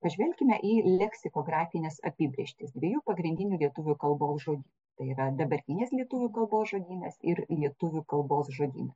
pažvelkime į leksikografines apibrėžtis dviejų pagrindinių lietuvių kalbos žody tai yra dabartinės lietuvių kalbos žodynas ir lietuvių kalbos žodyną